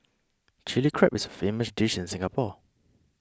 Chilli Crab is a famous dish in Singapore